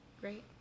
Great